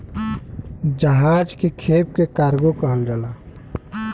जहाज के खेप के कार्गो कहल जाला